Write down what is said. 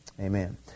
Amen